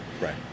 right